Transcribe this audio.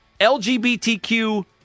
LGBTQ